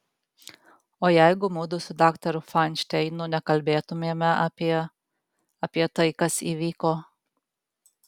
o jeigu mudu su daktaru fainšteinu nekalbėtumėme apie apie tai kas įvyko